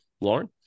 Lauren